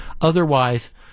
Otherwise